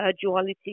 duality